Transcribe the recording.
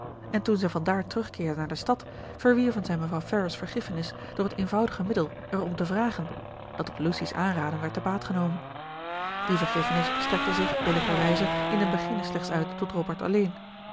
en toen zij van daar terugkeerden naar de stad verwierven zij mevrouw ferrars vergiffenis door het eenvoudige middel er om te vragen dat op lucy's aanraden werd te baat genomen die vergiffenis strekte zich billijkerwijze in den beginne slechts uit tot robert alleen